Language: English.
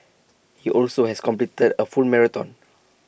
he also has completed A full marathon